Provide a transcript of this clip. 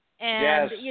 Yes